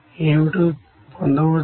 ఏమిటో పొందవచ్చు